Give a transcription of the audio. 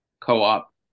co-op